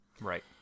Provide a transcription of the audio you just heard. Right